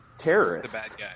terrorists